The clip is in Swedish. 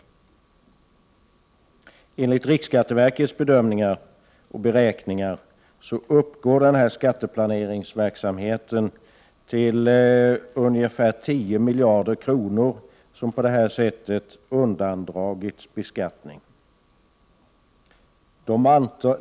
Enligt riksskatteverkets beräkningar uppgår den här skatteplaneringsverksamheten till ungefär 10 miljarder kronor, som på detta sätt undandras >eskattning.